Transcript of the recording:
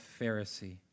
Pharisee